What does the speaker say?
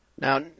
Now